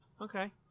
okay